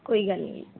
ਕੋਈ ਗੱਲ ਨਹੀਂ ਜੀ